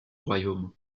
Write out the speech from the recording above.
royaume